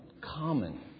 common